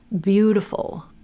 beautiful